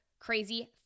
crazy